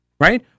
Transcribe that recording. right